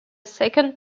second